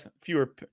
fewer